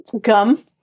gum